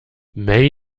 made